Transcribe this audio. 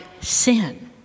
sin